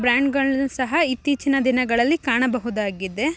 ಬ್ರ್ಯಾಂಡ್ಗಳ್ನ ಸಹ ಇತ್ತೀಚಿನ ದಿನಗಳಲ್ಲಿ ಕಾಣಬಹುದಾಗಿದೆ